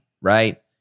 right